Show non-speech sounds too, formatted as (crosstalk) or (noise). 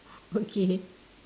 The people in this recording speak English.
(laughs) okay